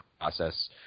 process